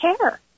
care